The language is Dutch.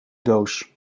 doos